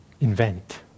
invent